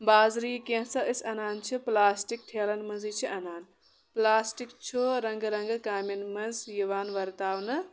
بازرٕ یہِ کینٛژاہ أسۍ اَنان چھِ پٕلاسٹِک ٹھیلَن منٛزٕے چھِ اَنان پٕلاسٹِک چھُ رنٛگہٕ رنٛگہٕ کامٮ۪ن منٛز یِوان وَرتاونہٕ